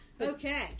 Okay